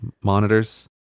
monitors